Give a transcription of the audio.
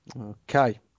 okay